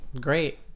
great